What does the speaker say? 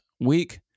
week